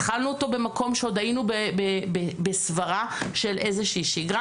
התחלנו אותו במקום שעוד היינו בסברה של איזושהי שיגרה,